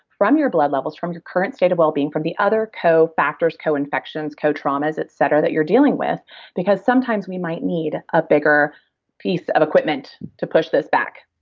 from you blood levels, from your current state of wellbeing, from the other cofactors, co-infections, co-traumas, etc. that you're dealing with because sometimes we might need a bigger piece of equipment to push this back.